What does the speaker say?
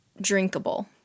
drinkable